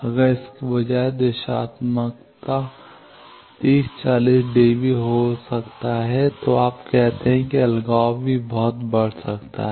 अगर इसके बजाय दिशात्मकतान 30 40 dB हो सकता है तो आप कहते हैं कि अलगाव भी बहुत बढ़ सकता है